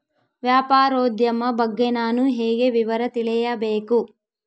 ವ್ಯಾಪಾರೋದ್ಯಮ ಬಗ್ಗೆ ನಾನು ಹೇಗೆ ವಿವರ ತಿಳಿಯಬೇಕು?